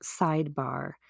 sidebar